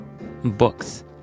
Books